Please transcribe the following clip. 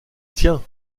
tiens